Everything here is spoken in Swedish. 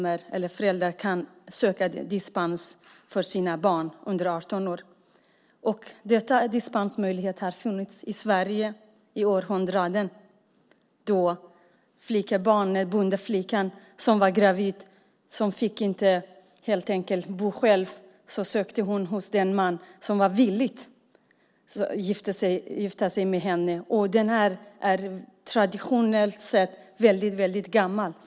Föräldrar kan söka dispens för sina barn under 18 år. Denna dispensmöjlighet har funnits i Sverige i århundraden. Bondeflickan som var gravid fick helt enkelt inte bo ensam. Då sökte hon en man som var villig att gifta sig med henne. Denna möjlighet är traditionellt sett väldigt gammal.